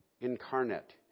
incarnate